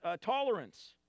tolerance